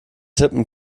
tippen